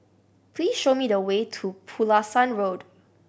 please show me the way to Pulasan Road